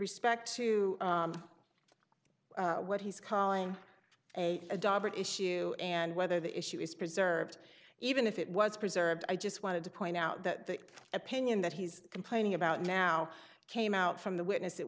respect to what he's calling a doctorate issue and whether the issue is preserved even if it was preserved i just wanted to point out that the opinion that he's complaining about now came out from the witness it